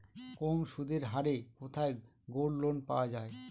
কম সুদের হারে কোথায় গোল্ডলোন পাওয়া য়ায়?